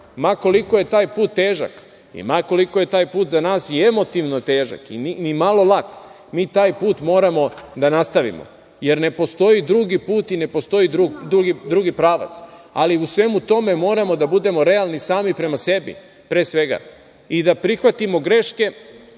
ma koliko je taj put težak i ma koliko je taj put za nas i emotivno težak i ni malo lak mi taj put moramo da nastavimo, jer ne postoji drugi put i ne postoji drugi pravac. Ali, u svemu tome moramo da budemo realni sami prema sebi, pre svega, i da prihvatimo greške